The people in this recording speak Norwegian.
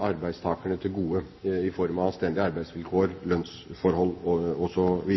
arbeidstakerne til gode i form av anstendige arbeidsvilkår, lønnsforhold osv.